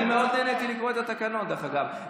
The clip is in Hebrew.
אני מאוד נהניתי לקרוא את התקנון, דרך אגב.